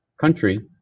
country